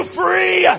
free